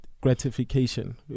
gratification